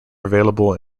available